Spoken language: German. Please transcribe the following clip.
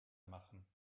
machen